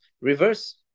reverse